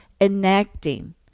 enacting